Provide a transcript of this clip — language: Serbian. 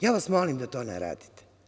Ja vas molim da to ne radite.